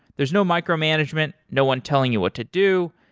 there's no micromanagement, no one telling you what to do.